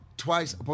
twice